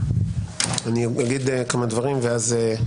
אני אגיד כמה דברים, ואז אני